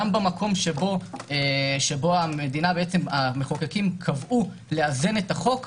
גם במקום שבו המחוקקים קבעו לאזן את החוק,